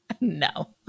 No